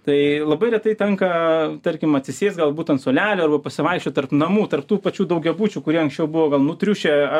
tai labai retai tenka tarkim atsisėst galbūt ant suolelio arba pasivaikščiot tarp namų tarp tų pačių daugiabučių kurie anksčiau buvo gal nutriušę